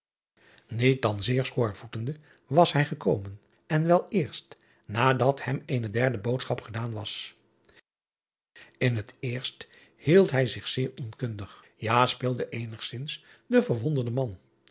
iet dan zeer schoorvoetende was hij gekomen en wel eerst nadat hem eene derde boodschap gedaan was n het eerst hield hij zich zeer onkundig ja speelde eenigzins den verwonderden man